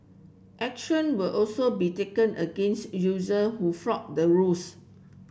action will also be taken against user who flout the rules